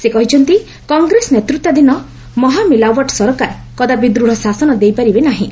ସେ କହିଛନ୍ତି କଂଗ୍ରେସ ନେତୃତ୍ୱାଧୀନ ମହାମିଲାଓ୍ବଟ୍ ସରକାର କଦାପି ଦୂଢ଼ ଶାସନ ଦେଇପାରିବେ ନାହିଁ